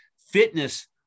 fitness